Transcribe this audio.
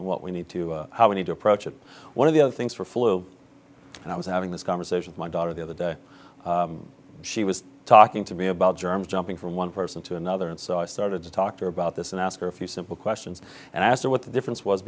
and what we need to how we need to approach it one of the other things for flu and i was having this conversation my daughter the other day she was talking to me about germs jumping from one person to another and so i started to talk to her about this and ask her a few simple questions and i asked her what the difference was